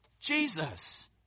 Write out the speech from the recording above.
Jesus